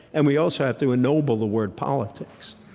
and we also have to ennoble the word politics.